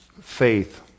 faith